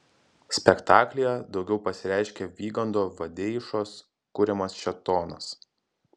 spektaklyje daugiau pasireiškia vygando vadeišos kuriamas šėtonas